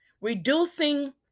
reducing